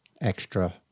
extra